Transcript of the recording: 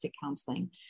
Counseling